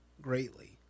greatly